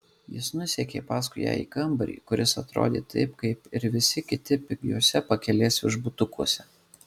jis nusekė paskui ją į kambarį kuris atrodė taip kaip ir visi kiti pigiuose pakelės viešbutukuose